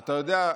אתה יודע,